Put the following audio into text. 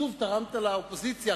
שוב תרמת לאופוזיציה,